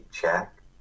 Jack